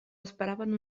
esperaven